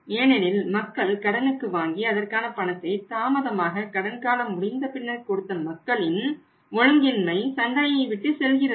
ஏனெனில் கடனுக்கு வாங்கி அதற்கான பணத்தை தாமதமாக கடன் காலம் முடிந்தபின்னர் கொடுத்த மக்களின் ஒழுங்கின்மை சந்தையை விட்டு செல்கிறது